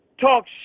Talk